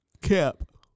Camp